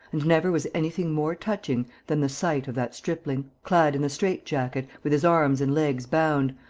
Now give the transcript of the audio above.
and never was anything more touching than the sight of that stripling clad in the strait-jacket, with his arms and legs bound,